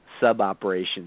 sub-operations